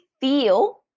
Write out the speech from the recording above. feel